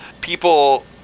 People